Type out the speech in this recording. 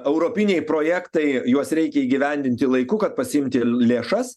europiniai projektai juos reikia įgyvendinti laiku kad pasiimti lėšas